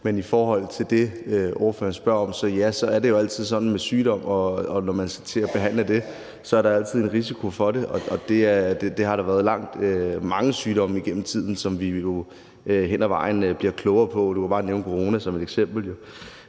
Men i forhold til det, ordføreren spørger om, er det jo sådan med sygdom, når man skal behandle den, at der altid er en risiko ved det. Det har der været med mange sygdomme igennem tiden, som vi jo hen ad vejen bliver klogere på. Man kan bare nævne corona som et eksempel.